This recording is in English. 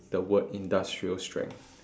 the word industrial strength